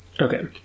Okay